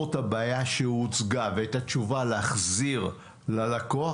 את הבעיה שהוצגה ואת התשובה להחזיר ללקוח,